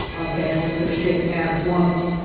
abandon the ship at once,